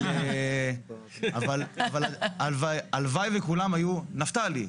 אבל הלוואי וכולם היו נפתלי.